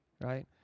Right